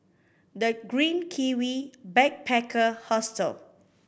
The Green Kiwi Backpacker Hostel